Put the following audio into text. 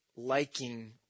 Liking